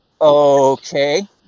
Okay